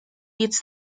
eats